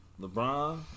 LeBron